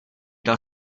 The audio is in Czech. dal